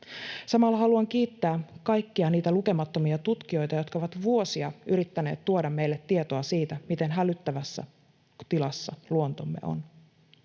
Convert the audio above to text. Samalla haluan kiittää kaikkia niitä lukemattomia tutkijoita, jotka ovat vuosia yrittäneet tuoda meille tietoa siitä, miten hälyttävässä tilassa luontomme on,